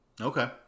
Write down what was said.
Okay